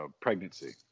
pregnancy